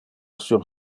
sur